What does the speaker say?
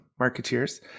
marketeers